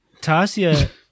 Tasia